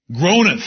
Groaneth